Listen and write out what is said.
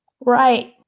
right